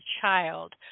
child